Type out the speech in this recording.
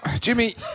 Jimmy